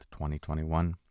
2021